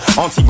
on